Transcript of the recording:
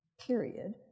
period